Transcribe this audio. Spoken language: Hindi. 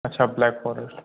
अच्छा ब्लैक फोरेस्ट